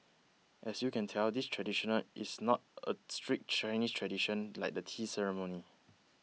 as you can tell this traditional is not a strict Chinese tradition like the tea ceremony